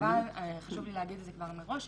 אבל חשוב לי להגיד את זה כבר מראש,